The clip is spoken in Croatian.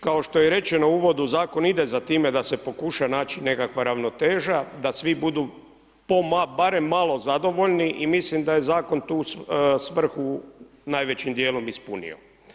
Kao što je i rečeno u uvodu zakon ide za time da se pokuša naći nekakva ravnoteža, da svi budu po barem malo zadovoljni i mislim da je zakon tu svrhu najvećim dijelom ispunio.